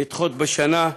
נדחות בשנה,